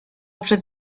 przez